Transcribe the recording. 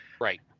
Right